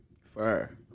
Fire